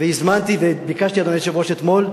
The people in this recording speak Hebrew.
והזמנתי וביקשתי אתמול,